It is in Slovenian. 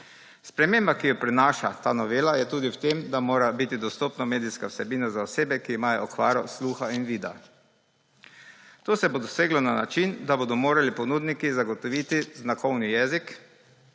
Sprememba, ki jo prinaša ta novela, je tudi v tem, da mora biti medijska vsebina dostopna za osebe, ki imajo okvaro sluha in vida. To se bo doseglo na način, da bodo morali ponudniki zagotoviti znakovni jezik,